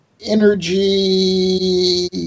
energy